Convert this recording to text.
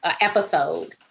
episode